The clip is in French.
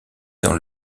dans